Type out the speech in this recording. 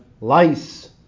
lice